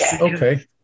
Okay